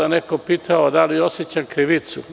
Neko je pitao da li osećam krivicu?